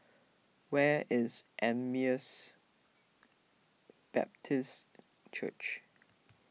where is Emmaus Baptist Church